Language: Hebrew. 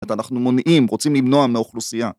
אנחנו מונעים, רוצים למנוע מהאוכלוסייה